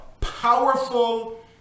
powerful